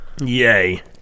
Yay